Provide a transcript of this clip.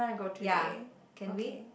ya can we